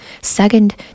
Second